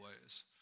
ways